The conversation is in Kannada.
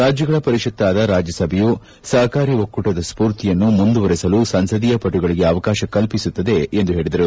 ರಾಜ್ಞಗಳ ಪರಿಷತ್ತಾದ ರಾಜ್ಞಸಭೆಯು ಸಹಕಾರಿ ಒಕ್ಕೂಟದ ಸ್ಪೂರ್ತಿಯನ್ನು ಮುಂದುವರಿಸಲು ಸಂಸದೀಯ ಪಟುಗಳಿಗೆ ಅವಕಾಶ ಕಲ್ಪಿಸುತ್ತದೆ ಎಂದೂ ಹೇಳಿದರು